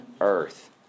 earth